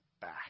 back